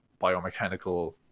biomechanical